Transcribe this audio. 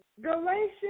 Galatians